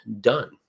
done